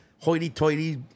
hoity-toity